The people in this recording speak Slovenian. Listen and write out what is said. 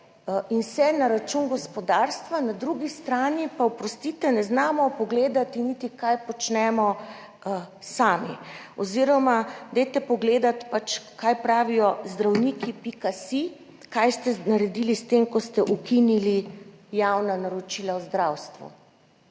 in vse na račun gospodarstva. Na drugi strani pa, oprostite, ne znamo pogledati niti, kaj počnemo sami, oziroma dajte pogledati, kaj pravijo zdravniki.si, kaj ste naredili s tem, ko ste ukinili javna naročila v zdravstvu.